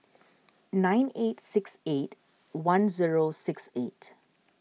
nine eight six eight one zero six eight